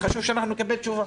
חשוב שאנחנו נקבל תשובה.